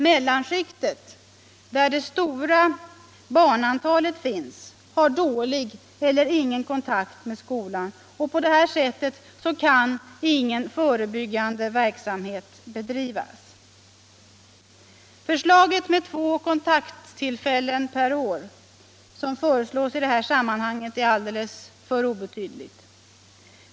Mellanskiktet, där det stora barnantalet finns, har dålig eller ingen kontakt med skolan. På detta sätt kan ingen förebyggande verksamhet bedrivas. Två kontakttillfällen per år, som föreslås i det här sammanhanget, är alldeles för obetydligt.